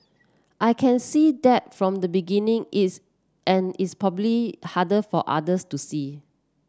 I can see that from the beginning it's and it's probably harder for others to see